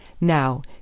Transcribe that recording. Now